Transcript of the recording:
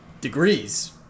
degrees